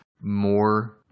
more